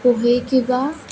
पोहे किंवा